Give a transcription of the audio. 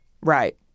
Right